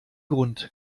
grund